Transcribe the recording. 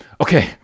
Okay